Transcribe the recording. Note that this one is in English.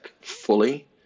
fully